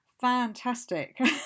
Fantastic